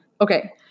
Okay